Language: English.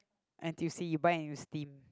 N_T_U_C you buy and you steam